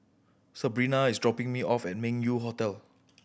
Sebrina is dropping me off at Meng Yew Hotel